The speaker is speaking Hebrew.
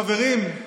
חברים,